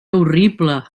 horrible